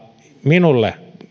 minulle